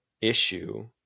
issue